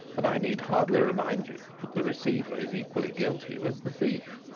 and i need hardly remind you that the receiver is equally guilty with the thief.